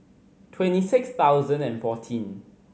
twenty six thousand and fourteen